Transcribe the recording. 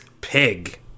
Pig